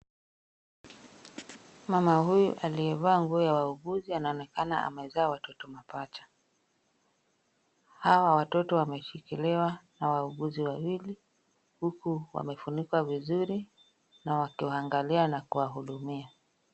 Mama huyu aliyevaa nguo ya wauguzi anaonekana amezaa watoto mapacha. Hawa watoto wameshikiliwa na wauguzi wawili huku wamefunikwa vizuri na wakiwaangalia na kuwahudumia.